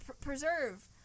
preserve